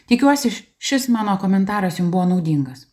tikiuosi šis mano komentaras jum buvo naudingas